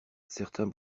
certains